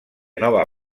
nova